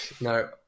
No